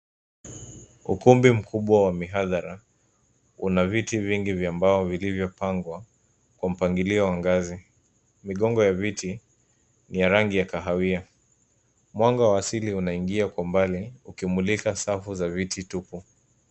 Ukumbi mkubwa wa mihadhara una viti vingi vya mbao vilivyopangwa kwa mpangilio wa ngazi. Migongo ya viti ni ya rangi ya kahawia. Mwanga wa asili unaingia kwa mbali ukimulika safu za viti tupu.